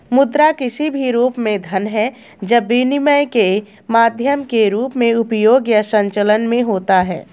मुद्रा किसी भी रूप में धन है जब विनिमय के माध्यम के रूप में उपयोग या संचलन में होता है